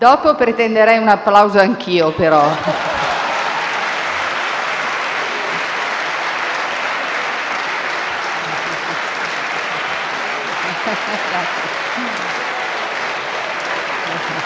Dopo pretenderei un applauso anch'io, però.